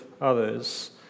others